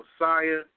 Messiah